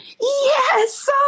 Yes